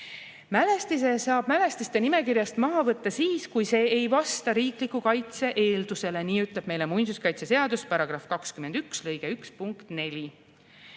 Mälestise saab mälestiste nimekirjast maha võtta siis, kui see ei vasta riikliku kaitse eeldusele. Nii ütleb meile muinsuskaitseseaduse § [20] lõike 1